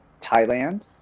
Thailand